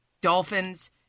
Dolphins